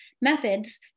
methods